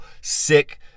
sick